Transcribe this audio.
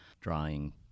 drawing